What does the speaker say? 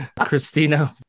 Christina